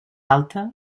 alta